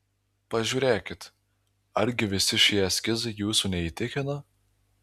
pažiūrėkit argi visi šie eskizai jūsų neįtikina